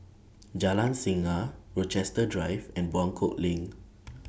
Jalan Singa Rochester Drive and Buangkok LINK